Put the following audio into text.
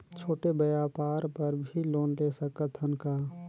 छोटे व्यापार बर भी लोन ले सकत हन का?